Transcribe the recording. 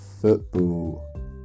football